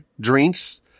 drinks